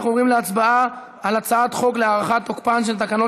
אנחנו עוברים להצבעה על הצעת חוק להארכת תוקפן של תקנות